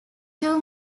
two